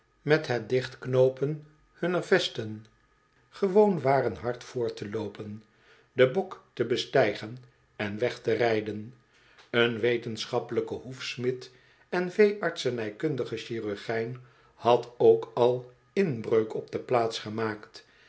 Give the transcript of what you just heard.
met het dichtknoopen hunner vesten gewoon waren hard voort te loopen den bok te bestijgen en weg te rijden een wetenschappelijke hoefsmid en veeartsenijkundige chirurgijn had ook al inbreuk op de plaats gemaakt